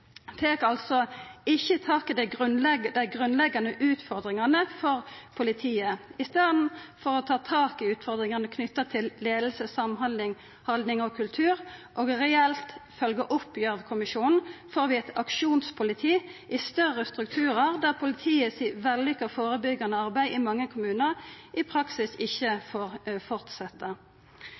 tak i dei grunnleggjande utfordringane for politiet. I staden for å ta tak i utfordringane knytte til leiing, samhandling, haldning og kultur og reelt følgje opp Gjørv-kommisjonen, får vi eit aksjonspoliti i større strukturar, der politiet sitt vellukka førebyggjande arbeid i mange kommunar i praksis